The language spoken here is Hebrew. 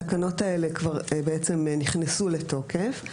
התקנות האלה בעצם נכנסו לתוקף,